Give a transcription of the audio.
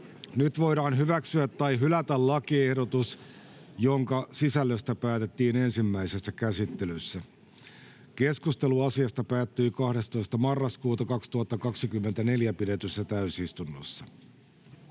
Nyt voidaan hyväksyä tai hylätä lakiehdotus, jonka sisällöstä päätettiin ensimmäisessä käsittelyssä. Keskustelu asiasta päättyi 12.11.2024 pidetyssä täysistunnossa.